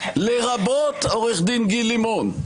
לרבות עו"ד גיל לימון.